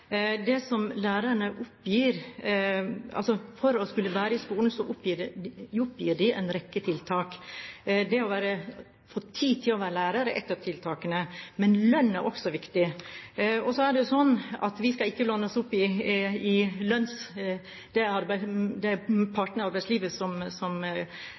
oppgir en rekke tiltak for at lærerne blir værende i skolen. Det å få tid til å være lærer er et av tiltakene, men lønn er også viktig. Så er det slik at vi ikke skal blande oss opp i lønnsspørsmålet, det er for partene i